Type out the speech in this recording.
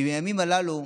בימים הללו,